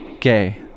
gay